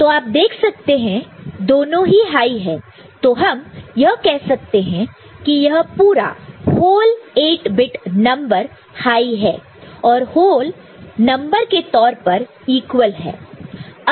तो आप देख सकते हैं दोनों ही हाई है तो हम यह कह सकते हैं कि यह पूरा whole whole 8 bit number high है और होल नंबर के तौर पर इक्वल है